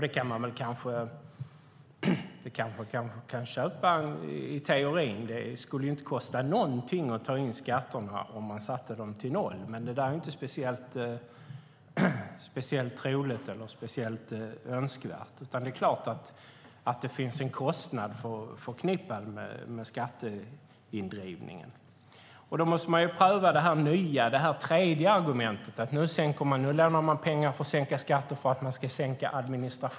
Det kan vi väl kanske köpa i teorin - det skulle inte kosta någonting att ta in skatterna om man satte dem till noll. Det är dock inte speciellt troligt eller önskvärt. Det är klart att det finns en kostnad förknippad med skatteindrivningen.